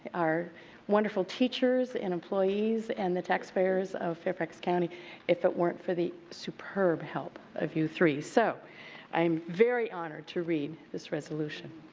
our wonderful teachers and employees and the taxpayers of fairfax county if it weren't for the superb help of you three. so i'm very honored to read this resolution.